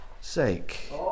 sake